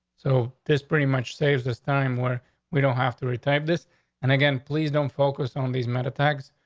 so this pretty much saved this time where we don't have to retire this and again. please don't focus on these meta tags.